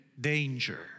danger